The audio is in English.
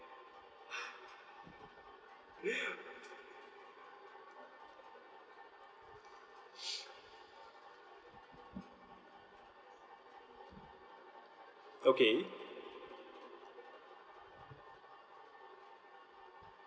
okay